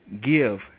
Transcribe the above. give